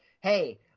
hey